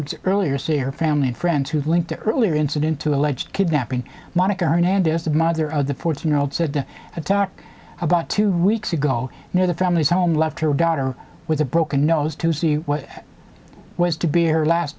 attacked earlier see her family and friends who linked to earlier incident to alleged kidnapping monika hernandez the mother of the fourteen year old said atar about two weeks ago near the family's home left her daughter with a broken nose to see what was to be her last